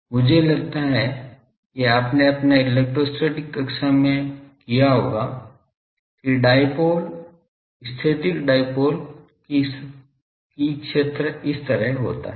यह मुझे लगता है कि आपने अपने इलेक्ट्रोस्टैटिक कक्षा में किया होगा कि डाइपोल स्थैतिक डाइपोल कि क्षेत्र इस तरह होता है